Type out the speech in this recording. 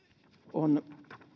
on